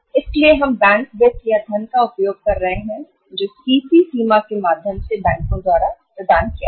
इसलिए हम बैंक वित्त या धन का उपयोग कर रहे हैं सीसी सीमा के माध्यम से बैंकों द्वारा प्रदान किया गया